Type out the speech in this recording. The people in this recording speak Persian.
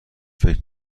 فکر